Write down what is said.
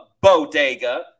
bodega